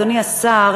אדוני השר,